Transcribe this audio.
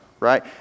right